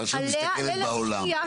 אבל כשאתה מסתכלת בעולם.